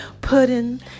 pudding